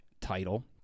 title